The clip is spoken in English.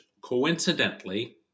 coincidentally